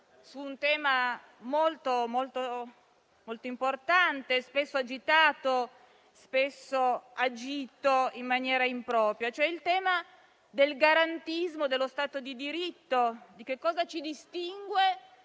su un tema molto, molto importante, spesso agitato e spesso agito in maniera impropria: il tema del garantismo, dello stato di diritto, di ciò che ci distingue